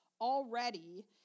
already